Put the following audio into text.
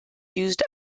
used